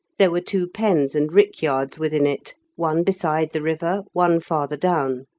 there were two pens and rickyards within it, one beside the river, one farther down.